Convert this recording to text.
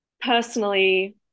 personally